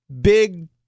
big